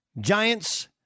Giants